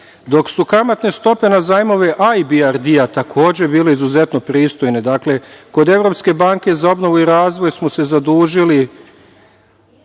dok su kamatne stope na zajmove ABRD takođe bile izuzetno pristojne, kod Evropske banke za obnovu i razvoj smo se zadužili